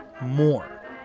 more